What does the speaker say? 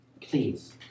please